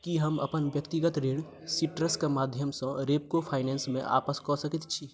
की हम अपन व्यक्तिगत ऋण सीट्रस के माध्यमसँ रेपको फाइनेंसमे आपस कऽ सकैत छी